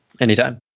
Anytime